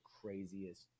craziest